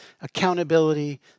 accountability